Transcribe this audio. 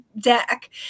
deck